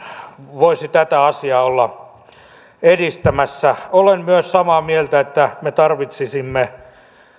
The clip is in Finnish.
voisi tätä asiaa olla edistämässä olen myös samaa mieltä että me tarvitsisimme